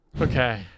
Okay